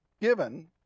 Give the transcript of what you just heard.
given